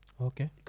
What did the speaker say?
Okay